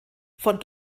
von